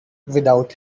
without